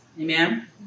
Amen